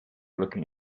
looking